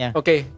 okay